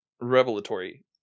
revelatory